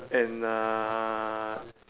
and uh